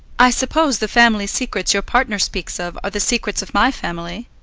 i suppose the family secrets your partner speaks of are the secrets of my family?